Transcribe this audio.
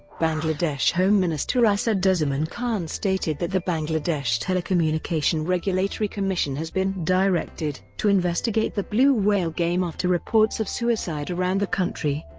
bangladesh home minister asaduzzaman khan stated that the bangladesh telecommunication regulatory commission has been directed to investigate the blue whale game after reports of suicide around the country.